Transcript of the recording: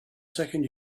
second